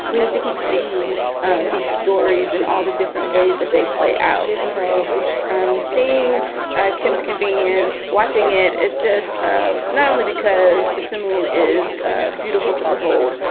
we need to keep seeing these stories and all the different ways that they play out so i'm seeing kim's convenience. watching it is just um not only because simul is ah beautiful to behold,